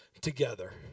together